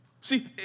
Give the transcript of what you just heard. See